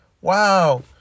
Wow